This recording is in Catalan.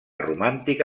romàntic